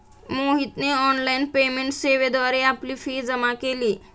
मोहितने online payment सेवेद्वारे आपली फी जमा केली